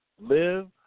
Live